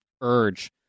urge